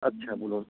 আচ্ছা বলুন